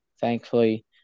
thankfully